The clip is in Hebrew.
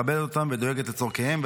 מכבדת אותם ודואגת לצרכיהם.